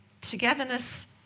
togetherness